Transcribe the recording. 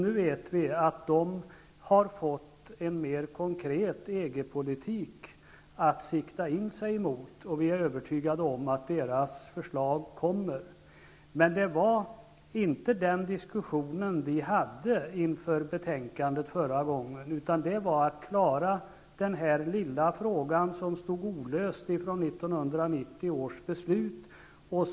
Vi vet även att kommissionen har fått en mer konkret EG-politik att sikta in sig på, och vi är övertygade om att den kommer med förslag. Inför betänkandets behandling förra gången var det emellertid inte den diskussionen som vi hade, utan det var att lösa den lilla olösta fråga som kvarstod från 1990 års beslut.